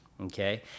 okay